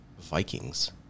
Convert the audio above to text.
Vikings